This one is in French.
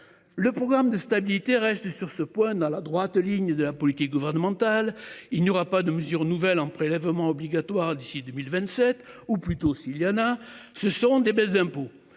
Le programme de stabilité reste sur ce point dans la droite ligne de la politique gouvernementale, il n'y aura pas de mesures nouvelles en prélèvement obligatoire d'ici 2027 ou plutôt il y en a, ce seront des baisses d'impôts,